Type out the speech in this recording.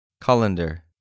Colander